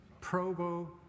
Provo